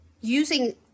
using